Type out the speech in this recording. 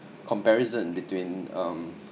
comparison between um